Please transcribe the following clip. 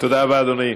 תודה רבה, אדוני.